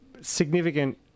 significant